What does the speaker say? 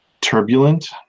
turbulent